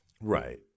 Right